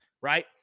right